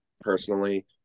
personally